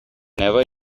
never